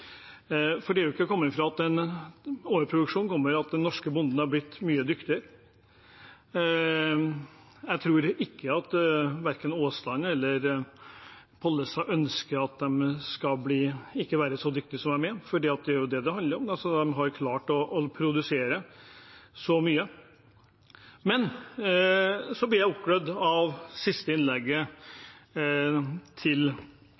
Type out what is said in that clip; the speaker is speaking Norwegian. For det er ikke til å komme fra at denne overproduksjonen kommer av at den norske bonden er blitt mye dyktigere. Jeg tror verken Aasland eller Pollestad ønsker at de ikke skal være så dyktige som de er, for det er jo det det handler om, at de har klart å produsere så mye. Men så blir jeg oppglødd av det siste innlegget, til